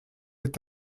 est